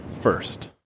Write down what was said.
first